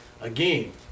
again